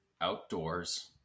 outdoors